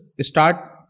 start